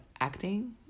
acting